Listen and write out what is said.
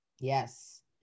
yes